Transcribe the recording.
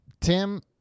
Tim